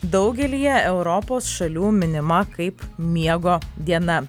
daugelyje europos šalių minima kaip miego diena